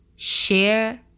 share